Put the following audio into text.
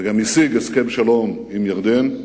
וגם השיג הסכם שלום עם ירדן,